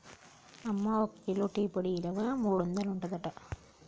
అమ్మ ఒక kilo tea పొడి ఇలువ మూడొందలు ఉంటదట